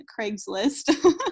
Craigslist